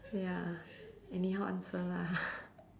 ya anyhow answer lah